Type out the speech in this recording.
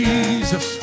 Jesus